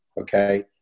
okay